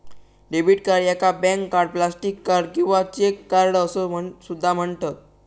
debit card याका bank card, plastic card किंवा cheque card असो सुद्धा म्हणतत